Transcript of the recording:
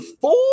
four